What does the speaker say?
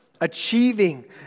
achieving